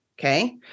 Okay